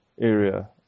area